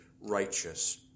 righteous